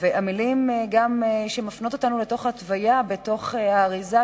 וגם המלים שמפנות אותנו להתוויה בתוך האריזה,